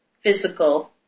physical